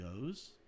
goes